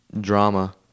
drama